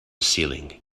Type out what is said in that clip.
ceiling